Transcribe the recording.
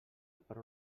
per